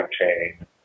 chain